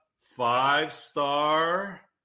five-star